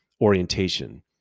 orientation